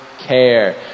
care